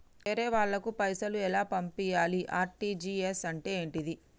వేరే వాళ్ళకు పైసలు ఎలా పంపియ్యాలి? ఆర్.టి.జి.ఎస్ అంటే ఏంటిది?